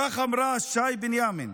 כך אמרה שי בנימין,